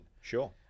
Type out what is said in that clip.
Sure